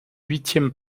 huitièmes